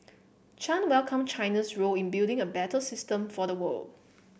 Chan welcome China's role in building a better system for the world